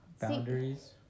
Boundaries